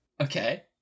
Okay